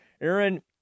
Aaron